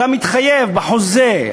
אתה מתחייב בחוזה,